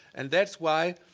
and that's why